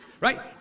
Right